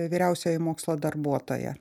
vyriausioji mokslo darbuotoja